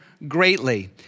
greatly